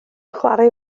chwarae